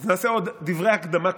נעשה עוד דברי הקדמה קצרים.